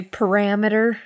parameter